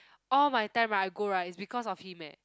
all my time right I go right is because of him eh